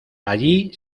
allí